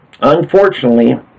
Unfortunately